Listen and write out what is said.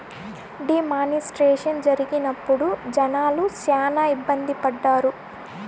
D మానిస్ట్రేషన్ జరిగినప్పుడు జనాలు శ్యానా ఇబ్బంది పడ్డారు